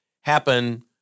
happen